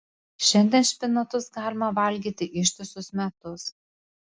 šiandien špinatus galima valgyti ištisus metus